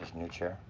new chair?